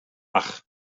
ach